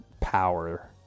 power